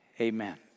Amen